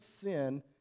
sin